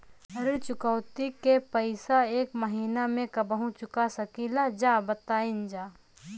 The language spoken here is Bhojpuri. ऋण चुकौती के पैसा एक महिना मे कबहू चुका सकीला जा बताईन जा?